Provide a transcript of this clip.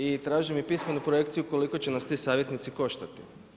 I tražim i pismenu projekciju koliko će nas ti savjetnici koštati.